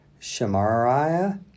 Shemariah